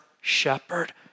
shepherd